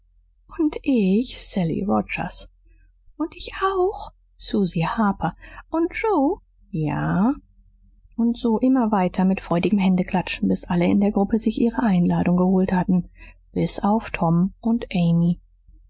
und ich sally rogers und ich auch susy harper und joe ja und so immer weiter mit freudigem händeklatschen bis alle in der gruppe sich ihre einladung geholt hatten bis auf tom und amy